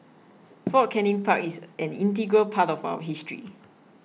Fort Canning Park is an integral part of our history